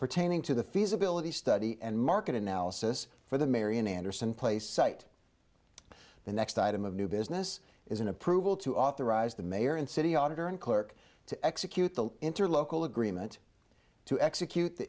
pertaining to the feasibility study and market analysis for the marian anderson play site the next item of new business is an approval to authorize the mayor and city auditor and clerk to execute the interim local agreement to execute the